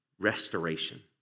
restoration